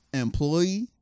Employee